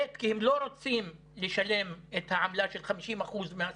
ב', כי הם לא רוצים לשלם את העמלה של 50% מהשכר